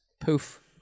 poof